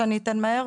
מהר: